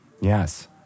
Yes